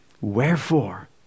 Wherefore